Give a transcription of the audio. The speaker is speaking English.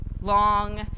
long